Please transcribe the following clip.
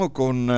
con